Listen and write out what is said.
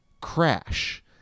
Crash